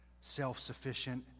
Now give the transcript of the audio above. self-sufficient